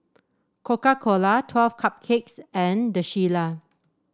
Coca Cola Twelve Cupcakes and The Shilla